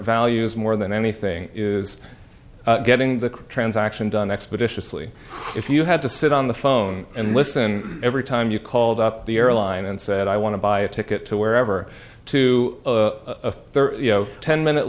values more than anything is getting the transaction done expeditiously if you had to sit on the phone and listen every time you called up the airline and said i want to buy a ticket to wherever to a ten minute